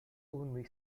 only